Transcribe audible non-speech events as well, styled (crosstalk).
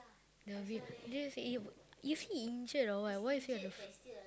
the vid~ then they say is he injured or what why is he on the f~ (noise)